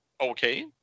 okay